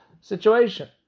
situation